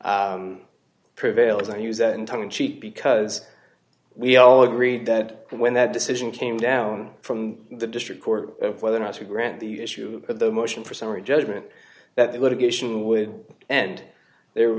prevail as i use and tongue in cheek because we all agreed that when that decision came down from the district court of whether or not to grant the issue of the motion for summary judgment that the litigation would end there